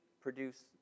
produce